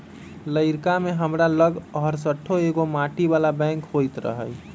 लइरका में हमरा लग हरशठ्ठो एगो माटी बला बैंक होइत रहइ